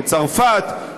בצרפת,